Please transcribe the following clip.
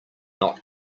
not